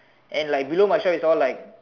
and like below myself is all like